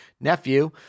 nephew